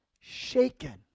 shaken